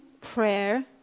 prayer